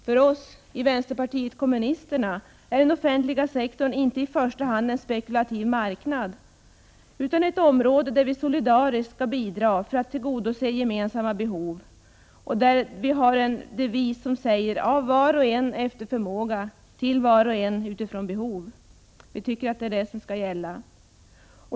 För oss i vänsterpartiet kommunisterna är den offentliga sektorn inte i första hand en spekulativ marknad utan ett område där vi solidariskt skall bidra för att tillgodose gemensamma behov. Vi har där devisen: Av var och en efter förmåga, till var och en med hänsyn till behov. Det tycker vi skall gälla.